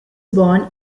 born